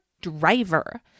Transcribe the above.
driver